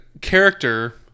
character